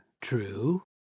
True